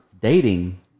dating